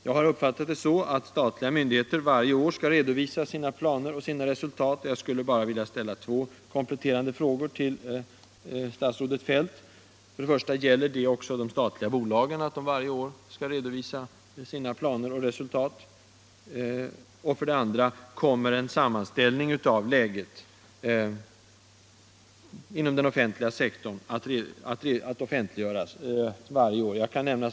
Jag har uppfattat det så, att statliga myndigheter varje år skall redovisa sina planer och resultat. Jag skulle vilja ställa två kompletterande frågor till statsrådet Feldt: . 1. Skall också de statliga bolagen varje år redovisa sina planer och resultat? Jag kan som ett exempel nämna att en sådan här sammanställning ges ut varje år i Canada.